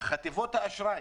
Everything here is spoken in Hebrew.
את חטיבות האשראי